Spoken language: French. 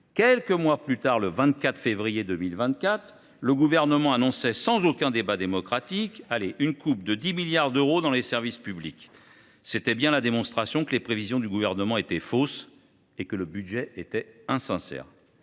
Quelques mois plus tard, le 24 février 2024, il annonçait, sans aucun débat démocratique, une coupe de 10 milliards d’euros dans le financement des services publics. C’était bien la démonstration que ses prévisions étaient fausses et que le budget était insincère